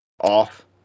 Off